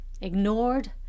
ignored